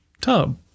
tub